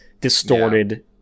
distorted